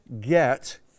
get